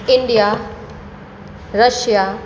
India Russia